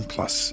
Plus